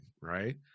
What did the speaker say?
right